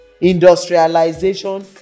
Industrialization